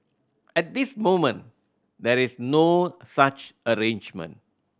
at this moment there is no such arrangement